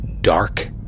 dark